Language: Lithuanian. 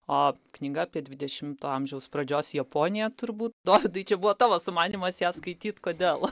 o knyga apie dvidešimto amžiaus pradžios japoniją turbūt dovydai čia buvo tavo sumanymas ją skaityt kodėl